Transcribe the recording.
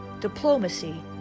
diplomacy